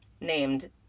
named